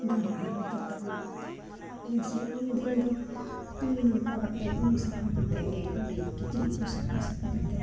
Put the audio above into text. ᱫᱟᱨᱟ ᱦᱟᱨᱟ ᱪᱟᱛᱚᱢ ᱚᱲᱟᱜ ᱨᱮ ᱡᱮᱭᱥᱮ ᱩᱢ ᱫᱤᱱ ᱫᱚ ᱩᱢ ᱱᱟᱲᱠᱟ ᱠᱟᱛᱮ ᱩᱢ ᱥᱟᱯᱷᱟ ᱠᱟᱛᱮ ᱜᱮᱡ ᱜᱩᱨᱤᱡ ᱠᱤᱪᱨᱤᱡ ᱠᱚ ᱥᱟᱯᱷᱟ ᱥᱟᱹᱯᱷᱤ ᱠᱟᱛᱮ